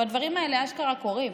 אבל הדברים האלה אשכרה קורים.